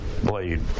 blade